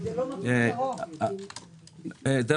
זה